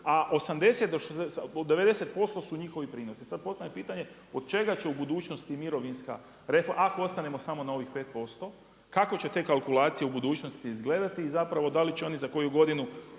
a 80 do 90% su njihovi prinosi. Sada postavljam pitanje od čega će u budućnosti mirovinska reforma, ako ostanemo samo na ovih 5% kako će te kalkulacije u budućnosti izgledati zapravo i da li će oni za koju godinu,